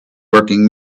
working